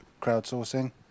crowdsourcing